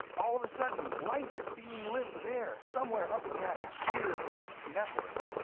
all of a sudden, life is being lived there, somewhere up in that weird, dense network.